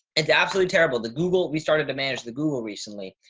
it's absolutely terrible. the google, we started to manage the google recently.